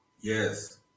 Yes